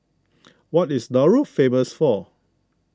what Is Nauru famous for